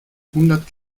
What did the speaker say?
hundert